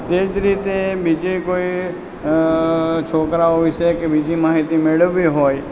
તેજ રીતે બીજે કોઈ છોકરાઓ વિષે કે બીજી માહિતી મેળવી હોય